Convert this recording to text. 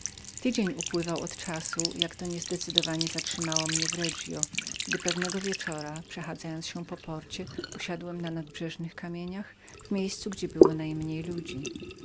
dzień upływał od czasu jak takowa niespokojność trawiła mnie w regio gdy pewnego wieczora przechodząc się po porcie usiadłem na nadbrzeżnych kamieniach w miejscu gdzie było najmniej ludzi